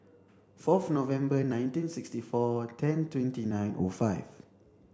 fourth November nineteen sixty four ten twenty nine O five